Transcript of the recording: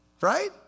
right